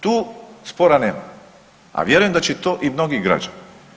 Tu spora nema, a vjerujem da će to i mnogi građani.